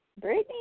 Brittany